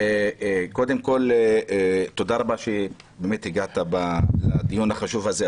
תודה רבה שהגעת לדיון החשוב הזה.